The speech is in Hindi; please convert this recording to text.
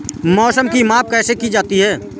मौसम की माप कैसे की जाती है?